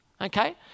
Okay